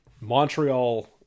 Montreal